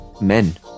men